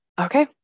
Okay